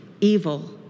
evil